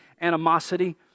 animosity